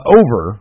...over